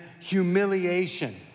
humiliation